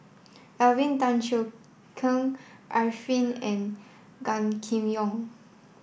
Alvin Tan Cheong Kheng Arifin and Gan Kim Yong